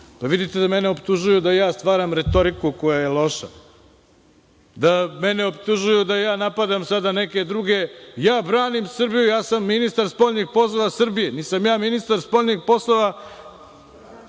Pa, vidite da mene optužuju da ja stvaram retoriku koja je loša, da mene optužuju da ja napadam sada neke druge. Ja branim Srbe. Ja sam ministar spoljnih poslova Srbije. Nisam ja ministar spoljnih poslova neke